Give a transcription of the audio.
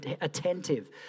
attentive